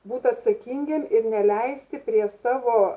būt atsakingiem ir neleisti prie savo